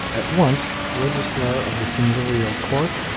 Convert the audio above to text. at once registrar of the seigneurial court,